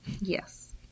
Yes